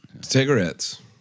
Cigarettes